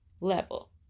level